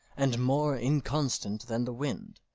and more inconstant than the wind,